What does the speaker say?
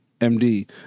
MD